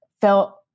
felt